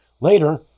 Later